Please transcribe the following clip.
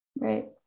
Right